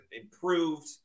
improved